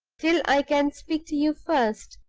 till i can speak to you first.